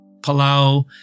Palau